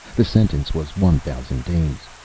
the sentence was one thousand days.